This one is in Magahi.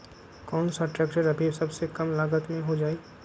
कौन सा ट्रैक्टर अभी सबसे कम लागत में हो जाइ?